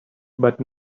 but